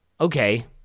Okay